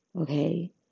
okay